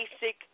basic